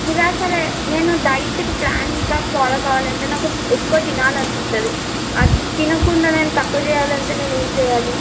ఇలా సరే నేను డైట్కి ప్లాన్గా ఫాలో కావాలంటే నాకు ఎక్కువ తినాలి అనిపిస్తుంది తినకుండా నేను తక్కువ చేయాలంటే నేను ఏం చేయాలి